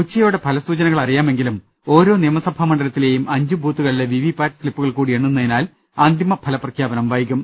ഉച്ചയോടെ ഫലസൂചനകൾ അറിയാമെങ്കിലും ഓരോ നിയമസഭാ മണ്ഡലത്തിലെയും അഞ്ചു ബൂത്തുകളിലെ വിവിപാറ്റ് സ്ലിപ്പുകൾ കൂടി എണ്ണുന്ന തിനാൽ അന്തിമ ഫലപ്രഖ്യാപനം വൈകും